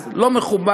זה לא מכובד,